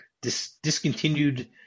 discontinued